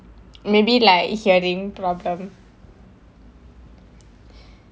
maybe like hearing problem